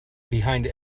behind